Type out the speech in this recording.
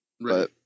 Right